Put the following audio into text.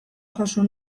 jaso